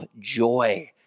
joy